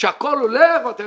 שהכול הולך ואתם